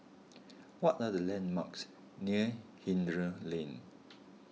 what are the landmarks near Hindhede Lane